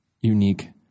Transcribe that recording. unique